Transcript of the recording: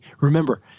Remember